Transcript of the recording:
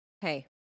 hey